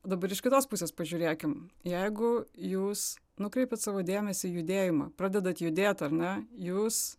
dabar iš kitos pusės pažiūrėkim jeigu jūs nukreipiat savo dėmesį į judėjimą pradedat judėti ar ne jūs